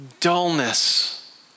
dullness